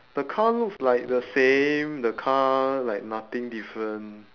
the car looks like the same the car like nothing different